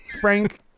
Frank